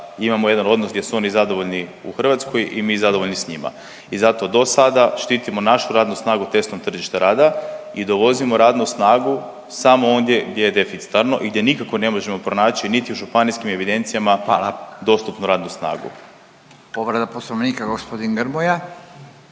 imamo jedan odnos gdje su oni zadovoljni u Hrvatskoj i mi zadovoljni sa njima. I zato do sada štitimo našu radnu snagu testom tržišta rada i dovozimo radnu snagu samo ondje gdje je deficitarno i gdje nikako ne možemo pronaći niti u županijskim evidencijama … …/Upadica Radin: Hvala./… … dostupnu radnu snagu.